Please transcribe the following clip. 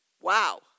Wow